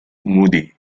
moody